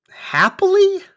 Happily